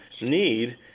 need